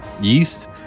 yeast